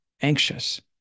anxious